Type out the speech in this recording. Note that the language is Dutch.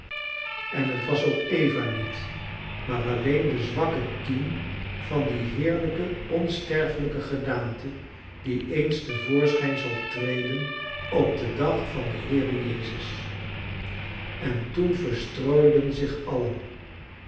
en het was ook eva niet maar alleen de zwakke kiem van die heerlijke onsterfelijke gedaante die eens te voorschijn zal treden op den dag van den heere jezus en toen verstrooiden zich allen